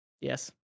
Yes